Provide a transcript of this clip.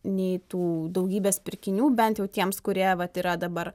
nei tų daugybės pirkinių bent jau tiems kurie vat yra dabar